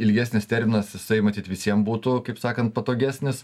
ilgesnis terminas jisai matyt visiem būtų kaip sakan patogesnis